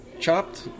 chopped